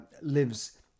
lives